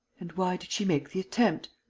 and why did she make the attempt?